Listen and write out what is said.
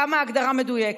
כמה ההגדרה מדויקת,